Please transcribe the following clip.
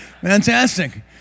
Fantastic